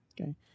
Okay